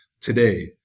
today